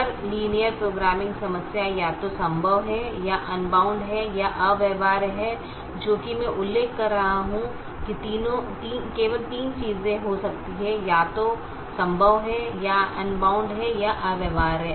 हर linear programming समस्या या तो संभव है या अनबाउंड या अव्यवहार्य है जो कि मैं उल्लेख कर रहा था कि केवल तीन चीजें हो सकती हैं यह या तो संभव है या अनबाउंड या अव्यवहार्य